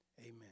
Amen